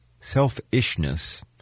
selfishness